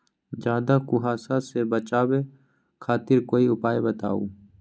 ज्यादा कुहासा से बचाव खातिर कोई उपाय बताऊ?